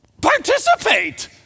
participate